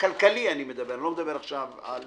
כלכלי אני מדבר, אני לא מדבר עכשיו על